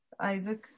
Isaac